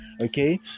Okay